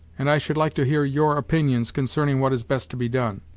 and i should like to hear your opinions concerning what is best to be done.